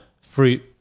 fruit